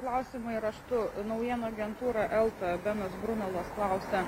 klausimai raštu naujienų agentūra elta benas brunolas klausia